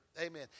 Amen